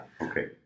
Okay